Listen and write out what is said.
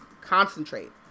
Concentrate